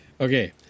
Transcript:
Okay